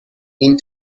این